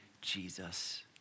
Jesus